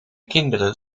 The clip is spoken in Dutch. kinderen